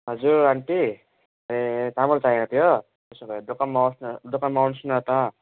हजुर आन्टी ए चामल चाहिएको थियो त्यसो भए दोकानमा आउनुहोस् न दोकानमा आउनुहोस् न त